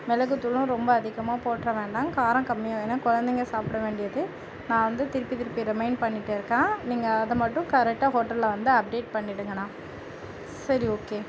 மிளகு துளும் ரொம்ப அதிகமாக போட்டுர வேண்டாம் காரம் கம்மியாக ஏன்னா குழந்தைங்க சாப்பிட வேண்டியது நான் வந்து திருப்பி திருப்பி ரிமெயிண்ட் பண்ணிட்டு இருக்கேன் நீங்கள் வந்து அதை மட்டும் கரைக்ட்டாக ஹோட்டலில் வந்து அப்டேட் பண்ணிவிடுங்க அண்ணா சரி ஓகே